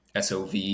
SOV